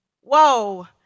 Whoa